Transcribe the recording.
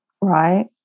Right